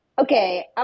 Okay